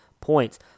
points